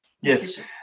Yes